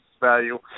value